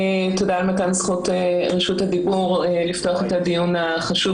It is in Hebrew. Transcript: תודה על מתן זכות רשות הדיבור לפתוח את הדיון החשוב